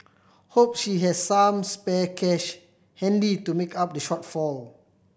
hope she has some spare cash handy to make up the shortfall